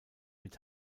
mit